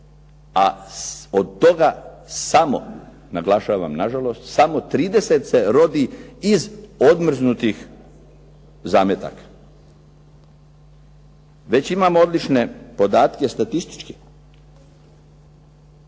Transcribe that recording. a od toga samo, naglašavam nažalost, samo 30 se rodi iz odmrznutih zametaka. Već imamo odlične podatke statističke.